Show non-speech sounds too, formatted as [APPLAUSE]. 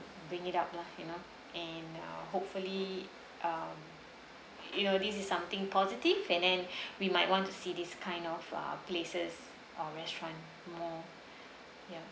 bring it up lah you know and uh hopefully uh you know this is something positive and then [BREATH] we might want to see this kind of uh places or restaurant more ya